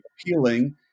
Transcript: appealing